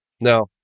Now